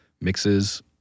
mixes